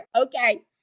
Okay